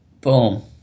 Boom